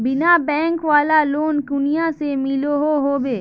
बिना बैंक वाला लोन कुनियाँ से मिलोहो होबे?